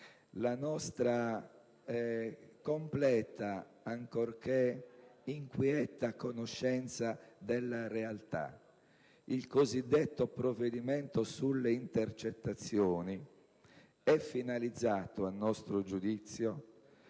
la nostra completa, ancorché inquieta, conoscenza della realtà: il cosiddetto provvedimento sulle intercettazioni è finalizzato, a nostro giudizio,